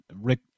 Rick